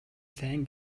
сайн